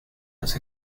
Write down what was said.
nos